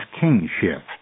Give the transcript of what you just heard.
kingship